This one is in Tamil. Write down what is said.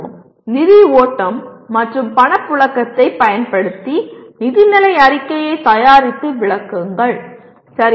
"நிதி ஓட்டம் மற்றும் பணப்புழக்கத்தைப் பயன்படுத்தி நிதிநிலை அறிக்கையைத் தயாரித்து விளக்குங்கள்" சரியா